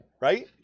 right